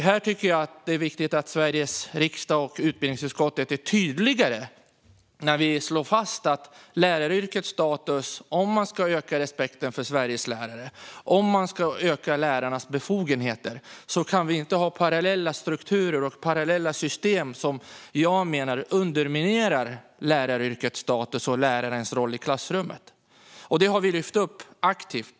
Här tycker jag att det är viktigt att Sveriges riksdag och utbildningsutskottet är tydligare när vi slår fast att om vi ska öka läraryrkets status och respekten för Sveriges lärare och öka deras befogenheter kan vi inte ha parallella strukturer och system, som jag menar underminerar läraryrkets status och lärarens roll i klassrummet. Detta har vi lyft upp aktivt.